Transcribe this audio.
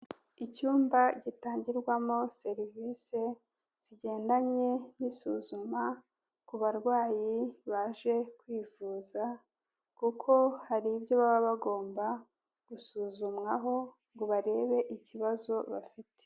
Icyumba gitangirwamo serivisi zigendanye n'isuzuma ku barwayi baje kwivuza kuko hari ibyo baba bagomba gusuzumwaho ngo barebe ikibazo bafite.